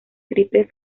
triple